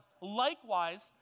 Likewise